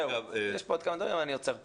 זהו, יש פה עוד כמה דברים, אבל אני עוצר פה.